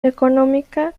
económica